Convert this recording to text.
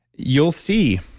you'll see,